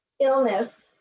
illness